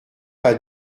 pas